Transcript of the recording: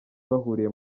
bahuriye